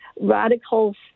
radicals